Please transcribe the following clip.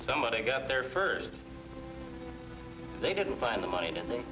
somebody got there first they didn't find the money and they